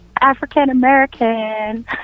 African-American